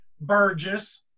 Burgess